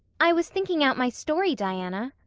i was thinking out my story, diana.